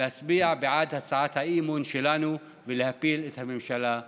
להצביע בעד הצעת האי-אמון שלנו ולהפיל את הממשלה הזאת.